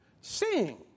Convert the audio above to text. sing